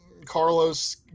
Carlos